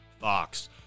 Fox